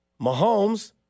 Mahomes